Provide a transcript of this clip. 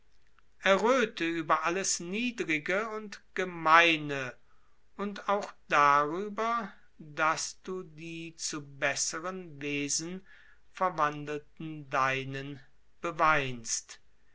erröthe über alles niedrige und gemeine und auch darüber daß du die zu besseren wesen verwandelten deinen beweinst